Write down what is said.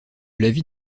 l’avis